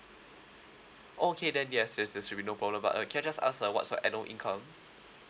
okay then yes yes that should be no problem but uh can I just ask uh what's your annual income